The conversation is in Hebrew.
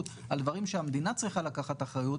על דברים שהמדינה צריכה לקחת אחריות,